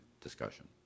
discussion